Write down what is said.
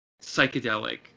psychedelic